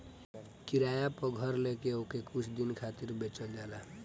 किराया पअ घर लेके ओके कुछ दिन खातिर बेचल जाला